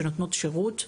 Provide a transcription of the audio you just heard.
שנותנות שירות,